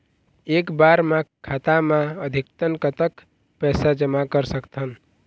एक बार मा खाता मा अधिकतम कतक पैसा जमा कर सकथन?